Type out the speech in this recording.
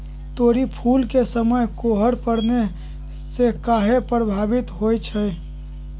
तोरी फुल के समय कोहर पड़ने से काहे पभवित होई छई?